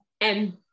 and-